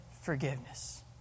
forgiveness